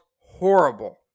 horrible